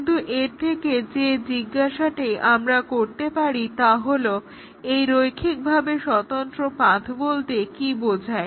কিন্তু এর থেকে যে জিজ্ঞাসাটি আমরা করতে পারি তা হলো এই রৈখিকভাবে স্বতন্ত্র পাথ্ বলতে কী বোঝায়